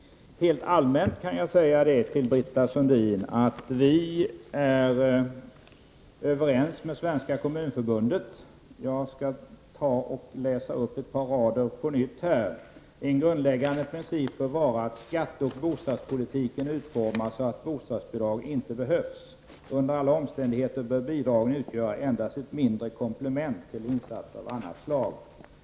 Rent allmänt kan jag säga till Britta Sundin att vi är överens med Svenska kommunförbundet. Jag skall läsa upp några rader: En grundläggande princip bör vara att skatteoch bostadspolitiken utformas så, att bostadsbidrag inte behövs. Under alla omständigheter bör bidragen utgöra endast ett mindre komplement eller insats av annat slag.